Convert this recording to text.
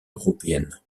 européenne